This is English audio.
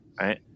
right